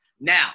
Now